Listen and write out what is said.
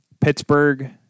Pittsburgh